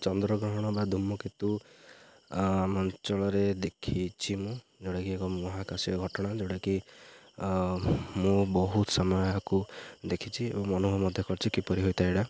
ଚନ୍ଦ୍ର ଗ୍ରହଣ ବା ଧୁମକେତୁ ଆମ ଅଞ୍ଚଳରେ ଦେଖିଛି ମୁଁ ଯୋଉଟାକି ଏକ ମହାକାଶିୟ ଘଟଣା ଯୋଉଟାକି ମୁଁ ବହୁତ ସମୟ ଏହାକୁ ଦେଖିଛି ଏବଂ ଅନୁଭବ ମଧ୍ୟ କରିଛିି କିପରି ହୋଇଥାଏ ଏଇଟା